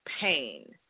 pain